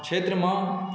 क्षेत्रमे